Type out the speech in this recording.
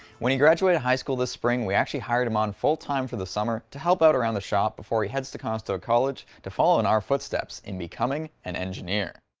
when he graduated high school this spring we actually hired him on full-time for the summer to help out around the shop before he heads to conestoga college to follow in our footsteps in becoming an engineer